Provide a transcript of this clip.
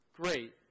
great